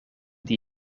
die